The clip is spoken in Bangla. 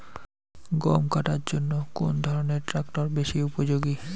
গম কাটার জন্য কোন ধরণের ট্রাক্টর বেশি উপযোগী?